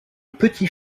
petit